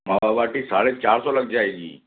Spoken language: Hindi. मावा बाटी साढ़े चार सौ लग जाएगी